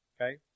okay